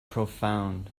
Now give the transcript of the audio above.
profound